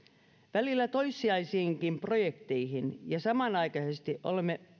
välillä toissijaisiinkin projekteihin ja samanaikaisesti olemme